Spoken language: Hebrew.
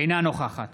אינה נוכחת